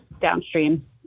downstream